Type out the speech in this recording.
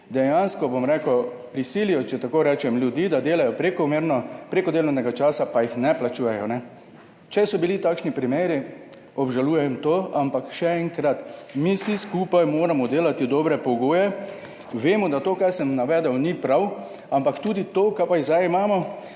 dejansko prisilijo, če tako rečem, ljudi, da delajo prek delovnega časa, pa jih ne plačujejo. Če so bili takšni primeri, to obžalujem, ampak še enkrat, vsi skupaj moramo ustvarjati dobre pogoje. Vemo, da to, kar sem navedel, ni prav, ampak tudi to, kar imamo